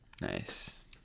Nice